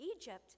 Egypt